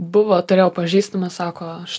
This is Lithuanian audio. buvo turėjau pažįstamą sako aš